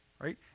right